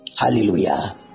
Hallelujah